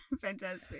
Fantastic